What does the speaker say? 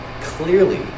clearly